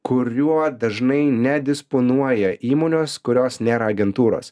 kuriuo dažnai nedisponuoja įmonės kurios nėra agentūros